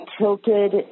tilted